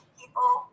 people